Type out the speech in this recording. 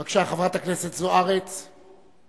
בבקשה, חברת הכנסת אורית זוארץ.